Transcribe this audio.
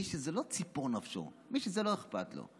מי שזה לא ציפור נפשו, מי שזה לא אכפת לו.